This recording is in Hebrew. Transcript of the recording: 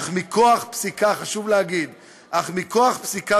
אך מכוח פסיקה,